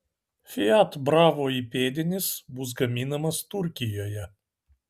fiat bravo įpėdinis bus gaminamas turkijoje